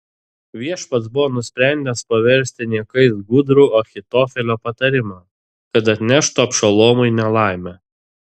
viešpats buvo nusprendęs paversti niekais gudrų ahitofelio patarimą kad atneštų abšalomui nelaimę